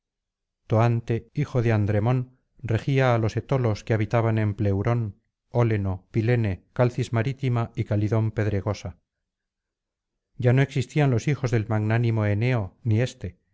toante hijo de andremón regía á los etolos que habitaban en pleurón oleno pilene calcis marítima y calidón pedregosa ya no existían los hijos del magnánimo éneo ni éste